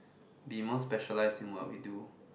be more specialized in what we do